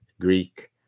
Greek